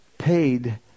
Paid